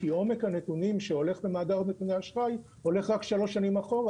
כי עומק הנתונים שהולך למאגר נתוני אשראי הולך רק שלוש שנים אחורה,